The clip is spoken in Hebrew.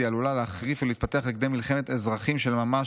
היא עלולה להחריף ולהתפתח לכדי מלחמת אזרחים של ממש,